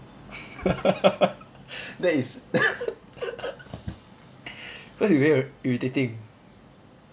that is cause you very irritating